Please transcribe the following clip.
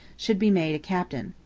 should be made a captain.